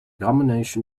combination